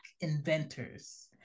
inventors